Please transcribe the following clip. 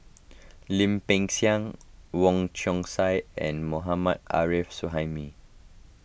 Lim Peng Siang Wong Chong Sai and Mohammad Arif Suhaimi